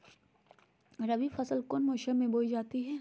रबी फसल कौन मौसम में बोई जाती है?